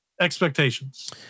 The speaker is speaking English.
expectations